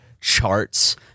charts